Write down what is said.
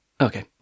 Okay